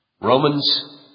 Romans